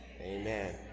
Amen